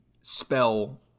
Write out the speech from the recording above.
spell